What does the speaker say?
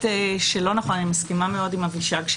אני מסכימה מאוד עם אבישג,